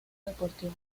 deportivo